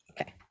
Okay